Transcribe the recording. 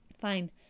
fine